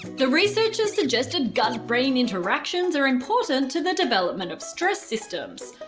the researchers suggested gut-brain interactions are important to the development of stress systems,